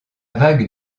vague